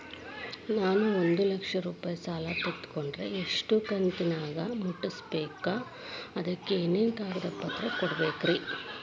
ನಾನು ಒಂದು ಲಕ್ಷ ರೂಪಾಯಿ ಸಾಲಾ ತೊಗಂಡರ ಎಷ್ಟ ಕಂತಿನ್ಯಾಗ ಮುಟ್ಟಸ್ಬೇಕ್, ಅದಕ್ ಏನೇನ್ ಕಾಗದ ಪತ್ರ ಕೊಡಬೇಕ್ರಿ?